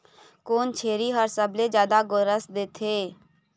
कोन छेरी हर सबले जादा गोरस देथे?